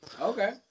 Okay